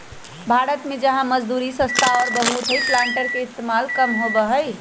भारत में जहाँ मजदूरी सस्ता और बहुत हई प्लांटर के इस्तेमाल कम होबा हई